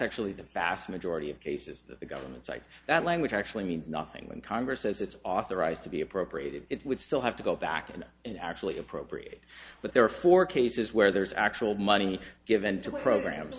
actually the vast majority of cases that the government site that language actually means nothing when congress says it's authorized to be appropriated it would still have to go back in and actually appropriate but there are four cases where there's actual money given to a program